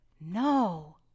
No